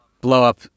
blow-up